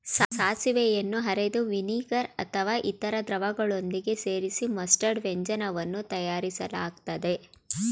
ಸಾಸಿವೆಯನ್ನು ಅರೆದು ವಿನಿಗರ್ ಅಥವಾ ಇತರ ದ್ರವಗಳೊಂದಿಗೆ ಸೇರಿಸಿ ಮಸ್ಟರ್ಡ್ ವ್ಯಂಜನವನ್ನು ತಯಾರಿಸಲಾಗ್ತದೆ